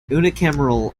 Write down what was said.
unicameral